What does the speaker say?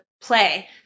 play